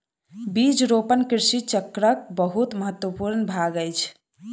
बीज रोपण कृषि चक्रक बहुत महत्वपूर्ण भाग अछि